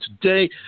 today